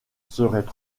seraient